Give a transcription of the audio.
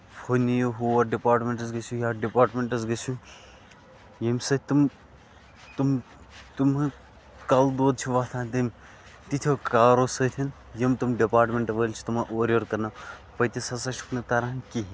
ہُہ نِیو ہور ڈِپارٹمینٹَس گژھِو یَتھ ڈِپاٹمینٹَس گٔژھِو ییٚمہِ سۭتۍ تِم تِم تِمَن کلہٕ دود چھُ وۄتھان تِتھیو کارو سۭتۍ یِم تِم ڈِپاٹمینٹ وٲلۍ چھِ تِمَن اورٕ یور کران پوٚتُس ہسا چھُکھ نہٕ تران کِہینۍ